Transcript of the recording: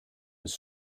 was